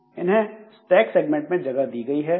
इन्हें stack segment में जगह दी गई है